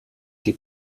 die